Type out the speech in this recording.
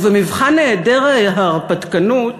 ובמבחן היעדר ההרפתקנות,